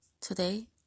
Today